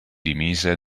dimise